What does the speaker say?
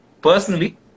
personally